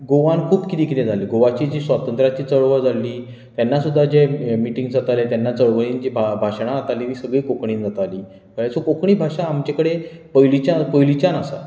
गोवान खूब कितें कितें जालें गोवाची जी स्वतंत्राची चळवळ जाल्ली तेन्ना सुद्दां जें हें मिटींग्स जाताले तेन्ना चळवळींत जी बां भाशणां जातालीं तीं सगळीं कोंकणींत जातालीं कळ्ळें सो कोंकणी भाशा आमचे कडेन पयलींच्यान पयलींच्यान आसा